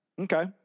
Okay